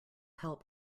help